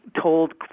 told